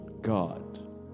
God